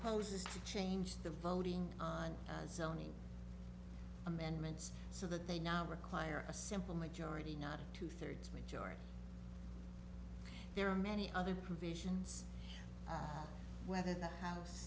proposes to change the voting on zoning amendments so that they now require a simple majority not a two thirds majority there are many other provisions whether the house